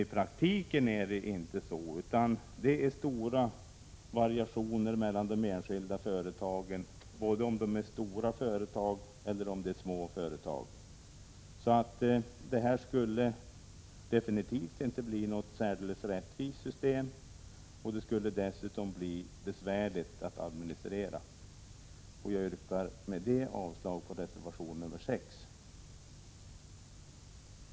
I praktiken är det dock stora variationer mellan de enskilda företagen, såväl stora som små. Det skulle med andra ord inte bli något särdeles rättvist system, och det skulle dessutom bli mycket besvärligt att administrera. Jag yrkar avslag på reservation 6.